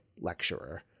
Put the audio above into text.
lecturer